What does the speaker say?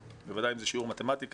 ובוודאי אם זה שיעור מתמטיקה,